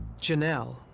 Janelle